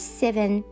seven